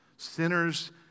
Sinners